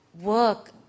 work